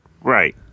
Right